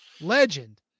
Legend